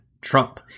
Trump